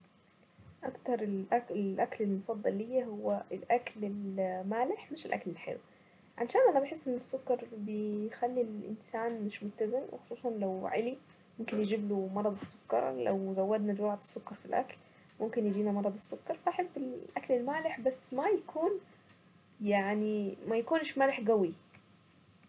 طبعا اكتر رياضة بتتطلب قوة بدنية كبيرة هي بتكون رياضة رفع الاثقال دي بتبقى عايزة ناس صحتها حلوة وكويسة وبيشيلوا حديد كتير واقل قوة بدنية هي رياضة اليوجا تحتاج بس استرخاء.